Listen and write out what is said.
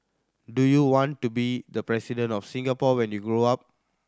do you want to be the President of Singapore when you grow up